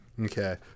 Okay